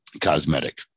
cosmetic